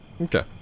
Okay